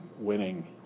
Winning